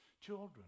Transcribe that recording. Children